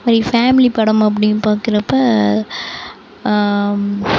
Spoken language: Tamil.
ஒரு ஃபேமிலி படம் அப்படின்னு பார்க்கறப்ப